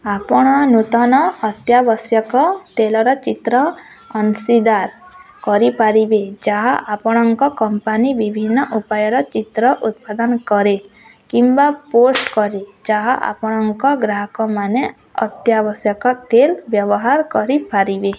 ଆପଣ ନୂତନ ଅତ୍ୟାବଶ୍ୟକ ତେଲର ଚିତ୍ର ଅଂଶୀଦାର କରିପାରିବେ ଯାହା ଆପଣଙ୍କ କମ୍ପାନୀ ବିଭିନ୍ନ ଉପାୟର ଚିତ୍ର ଉତ୍ପାଦନ କରେ କିମ୍ବା ପୋଷ୍ଟ କରେ ଯାହା ଆପଣଙ୍କ ଗ୍ରାହକମାନେ ଅତ୍ୟାବଶ୍ୟକ ତେଲ ବ୍ୟବହାର କରିପାରିବେ